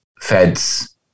Fed's